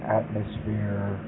atmosphere